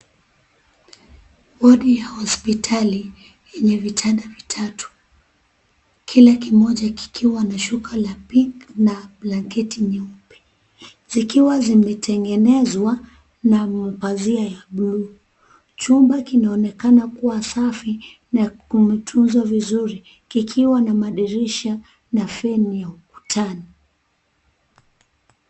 Wodi ya hospitali yenye vitanda vitatu. Kila kimoja kikiwa na shuka la pinki na blanket nyeupe zikiwa zimetengenezwa na mapazia ya bluu. Chumba kinaonekana kuwa safi na kumetuzwa vizuri kikiwa na madirisha na feni ya ukutani.